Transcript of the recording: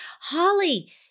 Holly